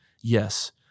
Yes